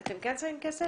אתם כן שמים כסף?